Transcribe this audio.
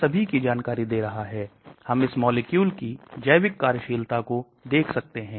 अब हम पारगम्यता को देखते हैं